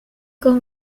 con